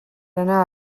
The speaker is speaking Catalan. anar